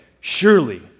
Surely